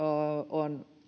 on